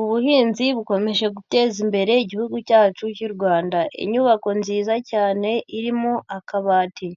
Ubuhinzi bukomeje guteza imbere igihugu cyacu cy'u Rwanda. Inyubako nziza cyane irimo akabati.